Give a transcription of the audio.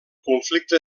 conflicte